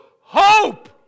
hope